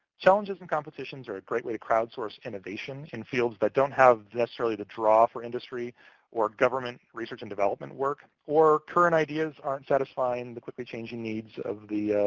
challenges and competitions are a great way to crowdsource innovation in fields that don't have necessarily the draw for industry or government research and development work or current ideas aren't satisfying the quickly-changing needs of the